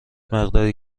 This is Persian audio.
مقداری